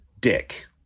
dick